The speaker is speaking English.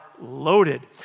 loaded